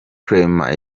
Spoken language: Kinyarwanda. clement